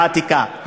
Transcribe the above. העתיקה.